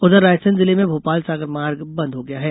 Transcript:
उधर रायसेन जिले में भोपाल सागर मार्ग बंद हो गया है